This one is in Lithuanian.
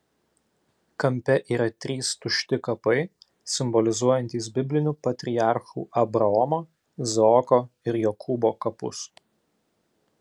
kampe yra trys tušti kapai simbolizuojantys biblinių patriarchų abraomo izaoko ir jokūbo kapus